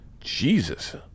Jesus